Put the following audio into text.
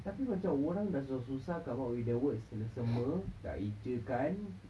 tapi macam orang dah susah-susah come out with the words selesema dah ejakan